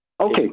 Okay